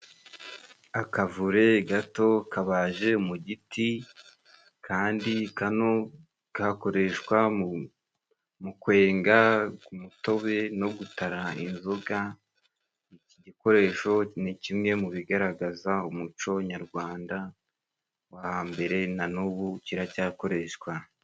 Akavure gato kabaje mu giti kandi kano kakoreshwa, mu kwenga umutobe no gutara inzoga. Iki gikoresho ni kimwe mu bigaragaza umuco nyarwanda wo hambere na n'ubu kiracyakoreshwa.